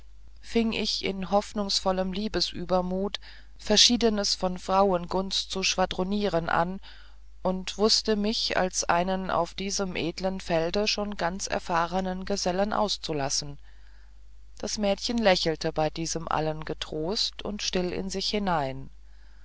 fing ich in hoffnungsvollem liebesübermut verschiedenes von frauengunst zu schwadronieren an und wußte mich als einen auf diesem edlen felde schon ganz erfahrenen gesellen auszulassen das mädchen lächelte bei diesem allen getrost und still in sich hinein